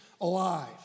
alive